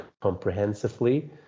comprehensively